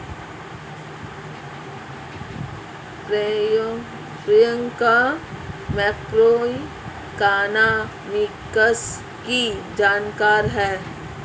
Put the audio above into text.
Priyanka macroeconomics की जानकार है